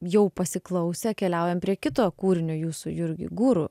jau pasiklausę keliaujam prie kito kūrinio jūsų jurgi guru